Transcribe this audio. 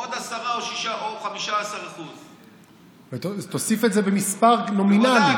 עוד 10% או 15%. תוסיף את זה במספר נומינלי.